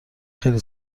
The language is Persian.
خیلی